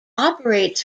operates